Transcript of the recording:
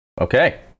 Okay